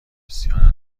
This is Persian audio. بسیار